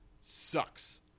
sucks